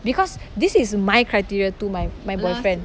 because this is my criteria to my my boyfriend